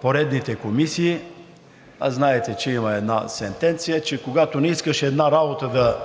поредните комисии, а знаете, че има една сентенция, че когато не искаш една работа